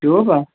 tube ہا